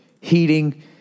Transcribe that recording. heating